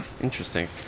interesting